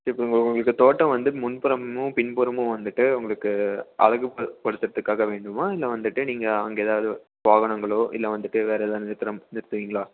இப்போ உங்கள் உங்களுக்கு தோட்டம் வந்து முன்புறமும் பின்புறமும் வந்துட்டு உங்களுக்கு அழகு ப படுத்துகிறதுக்காக வேண்டுமா இல்லை வந்துட்டு நீங்கள் அங்கே எதாவது வாகனங்களோ இல்லை வந்துட்டு வேற எதாது நிறுத்துகிற நிறுத்துவிங்களா